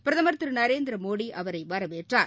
பிரதமர் திரு நரேந்திரமோடி அவரை வரவேற்றார்